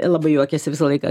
labai juokiasi visą laiką